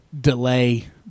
delay